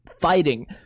fighting